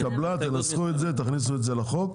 זה, תכניסו את זה לחוק.